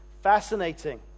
fascinating